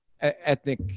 ethnic